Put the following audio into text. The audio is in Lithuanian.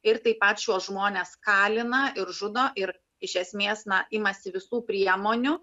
ir taip pat šiuos žmones kalina ir žudo ir iš esmės na imasi visų priemonių